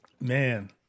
Man